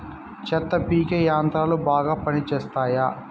చెత్త పీకే యంత్రాలు బాగా పనిచేస్తాయా?